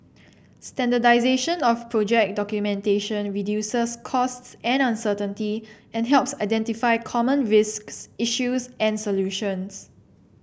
standardisation of project documentation reduces costs and uncertainty and helps identify common risks issues and solutions